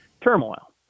turmoil